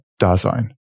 Dasein